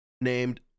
named